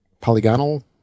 polygonal